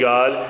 God